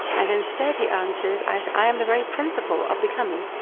and instead he answers, i i am the very principle of becoming,